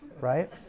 right